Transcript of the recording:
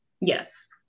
Yes